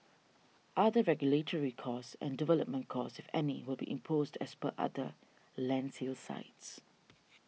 other regulatory costs and development costs any will be imposed as per other land sales sites